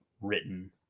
written